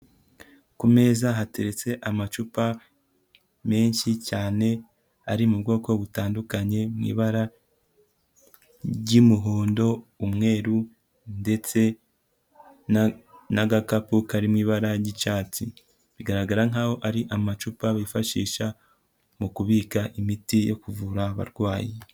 Ku meza hateretse amacupa menshi cyane ari mu bwoko butandukanye, mu ibara ry'umuhondo, umweru ndetse n'agakapu kari mu ibara ry'icyatsi, bigaragara nkaho ari amacupa bifashisha mu kubika imiti yo kuvura abarwayi.